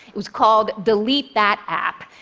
it was called delete that app.